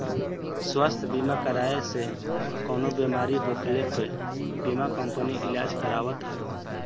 स्वास्थ्य बीमा कराए से कवनो बेमारी होखला पे बीमा कंपनी इलाज करावत हवे